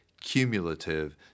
cumulative